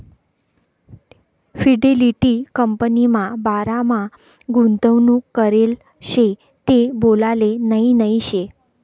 Fidelity कंपनीमा बारामा गुंतवणूक करेल शे ते बोलाले नही नही शे